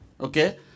Okay